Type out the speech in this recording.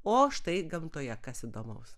o štai gamtoje kas įdomaus